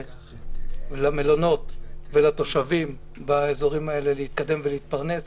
למלונות ולתושבים באזורים האלה להתקדם ולהתפרנס.